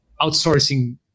outsourcing